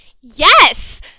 yes